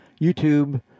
YouTube